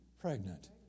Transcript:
Pregnant